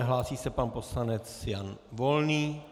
Hlásí se pan poslanec Jan Volný.